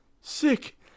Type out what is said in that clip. Sick